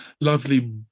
Lovely